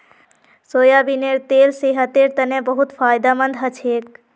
सोयाबीनेर तेल सेहतेर तने बहुत फायदामंद हछेक